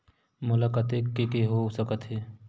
मोला कतेक के के हो सकत हे?